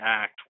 act